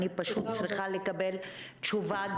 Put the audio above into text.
אני פשוט צריכה לקבל תשובה.